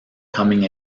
coming